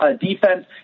defense